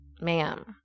ma'am